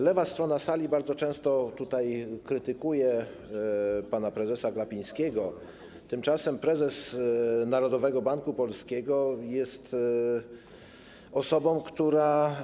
Lewa strona sali bardzo często tutaj krytykuje pana prezesa Glapińskiego, tymczasem prezes Narodowego Banku Polskiego jest osobą, która.